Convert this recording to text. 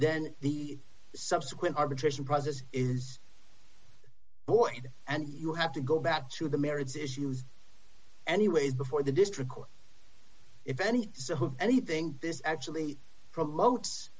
then the subsequent arbitration process is void and you have to go back to the marrieds issues anyways before the district court if any does anything this actually promotes